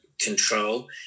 control